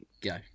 go